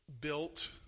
built